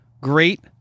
great